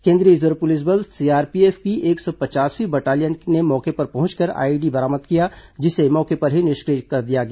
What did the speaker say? केंद्रीय reserve police बल CRPF की एक सौ पचासवीं बटालियन ने मौके पर पहुंचकर आईईडी बरामद किया जिसे मौके पर ही निष्क्रिय कर दिया गया